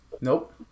Nope